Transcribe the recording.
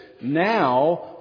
now